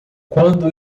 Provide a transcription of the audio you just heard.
quando